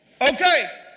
Okay